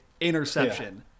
Interception